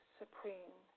supreme